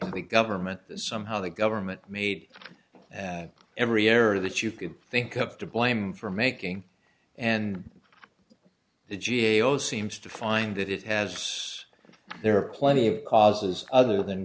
to the government that somehow the government made an every error that you could think up to blame for making and the g a o seems to find that it has there are plenty of causes other than